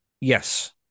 Yes